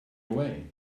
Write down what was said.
away